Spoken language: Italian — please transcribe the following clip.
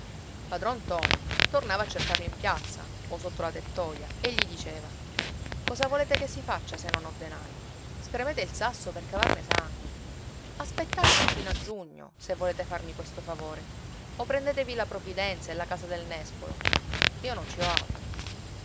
padron ntoni tornava a cercarlo in piazza o sotto la tettoia e gli diceva cosa volete che si faccia se non ho denari spremete il sasso per cavarne sangue aspettatemi sino a giugno se volete farmi questo favore o prendetevi la provvidenza e la casa del nespolo io non ci ho altro